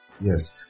yes